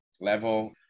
level